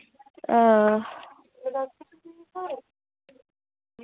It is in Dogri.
हां